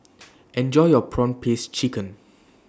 Enjoy your Prawn Paste Chicken